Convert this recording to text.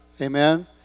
Amen